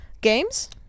games